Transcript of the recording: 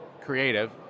creative